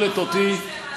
לתושבי אילת זה פחות מזה,